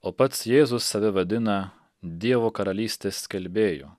o pats jėzus save vadina dievo karalystės skelbėju